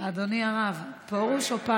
אדוני הרב, פורוש או,